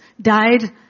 died